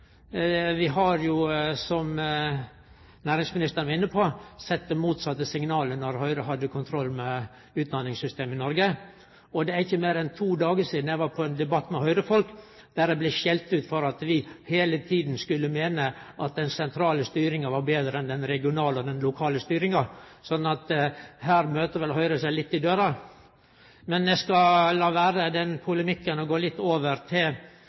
Vi har jo, som næringsministeren var inne på, sett det motsette signalet då Høgre hadde kontrollen med utdanningssystemet i Noreg. Det er ikkje meir enn to dagar sidan eg var i ein debatt med Høgre-folk, der eg blei skjelt ut for at vi heile tida skulle meine at den sentrale styringa var betre enn den regionale og den lokale styringa. Så her møter vel Høgre seg sjølv i døra. Eg skal la den polemikken vere og gå over til